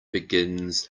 begins